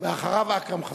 אחריו, אכרם חסון.